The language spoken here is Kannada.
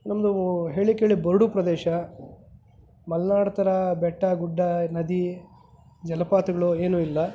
ನಮ್ಮದು ಹೇಳಿ ಕೇಳಿ ಬರಡು ಪ್ರದೇಶ ಮಲ್ನಾಡು ಥರ ಬೆಟ್ಟ ಗುಡ್ಡ ನದಿ ಜಲಪಾತಗಳು ಏನೂ ಇಲ್ಲ